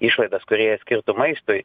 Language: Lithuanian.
išlaidas kurie skirtų maistui